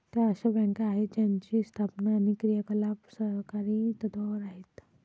त्या अशा बँका आहेत ज्यांची स्थापना आणि क्रियाकलाप सहकारी तत्त्वावर आहेत